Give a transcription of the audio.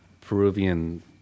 Peruvian